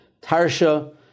Tarsha